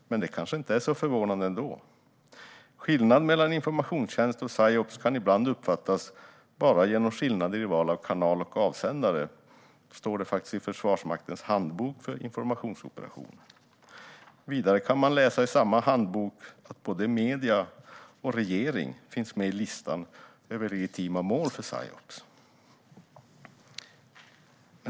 Men det var kanske inte så förvånande ändå. "Skillnaderna mellan informationstjänsten och psyops kan ibland uppfattas bara genom skillnader i val av kanal och avsändare", står det i Försvarsmaktens handbok för informationsoperationer. Vidare kan man i samma handbok läsa att både medier och regering finns med i listan över legitima mål för psyops.